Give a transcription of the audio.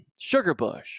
Sugarbush